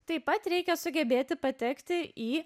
taip pat reikia sugebėti patekti į